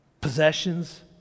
possessions